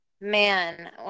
Man